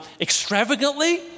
extravagantly